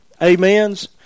amens